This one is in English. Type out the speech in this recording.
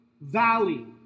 Valley